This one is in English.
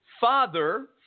Father